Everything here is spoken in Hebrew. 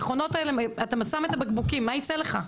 המכונות האלה, אתה שם את הבקבוקים, מה ייצא לך?